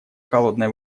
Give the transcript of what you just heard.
холодной